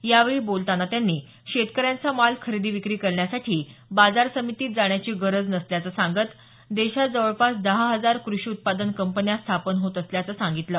यावेळी बोलतांना त्यांनी शेतकऱ्यांचा माल खरेदी विक्री करण्यासाठी बाजार समितीत जाण्याची गरज नसल्याचं सांगत देशात जवळपास दहा हजार कृषी उत्पादन कंपन्या स्थापन होत असल्याचं सांगितलं